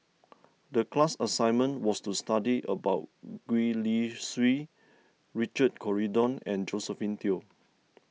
the class assignment was to study about Gwee Li Sui Richard Corridon and Josephine Teo